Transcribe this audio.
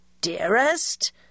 Dearest